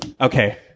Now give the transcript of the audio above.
Okay